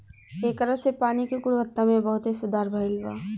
ऐकरा से पानी के गुणवत्ता में बहुते सुधार भईल बा